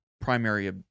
primary